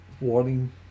warning